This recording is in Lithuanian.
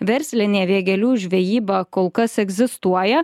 verslinė vėgėlių žvejyba kol kas egzistuoja